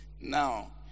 Now